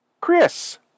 Chris